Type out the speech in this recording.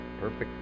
perfect